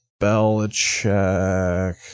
Belichick